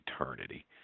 eternity